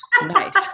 nice